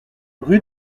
rue